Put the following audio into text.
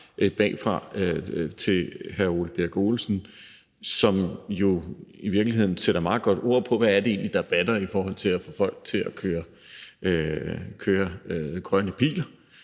med hr. Ole Birk Olesen, som jo i virkeligheden meget godt sætter ord på, hvad det egentlig er, der batter i forhold til at få folk til at køre grønne biler.